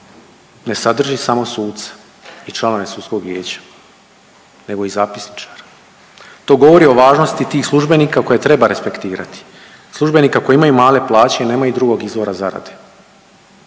ne sadrži samo suce i članove sudsko vijeća, nego i zapisničare, to govori o važnosti tih službenika koje treba respektirati, službenika koji imaju male plaće i nemaju drugog izvora zarade.